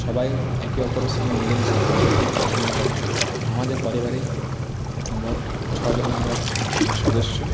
সবাই একে অপরের সঙ্গে মিলেমিশে থাকতে খুব পছন্দ করে আমাদের পরিবারে মোট ছজন আমরা সদস্য